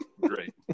great